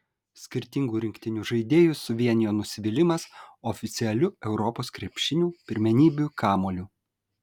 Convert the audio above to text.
skirtingų rinktinių žaidėjus suvienijo nusivylimas oficialiu europos krepšinio pirmenybių kamuoliu